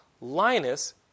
Linus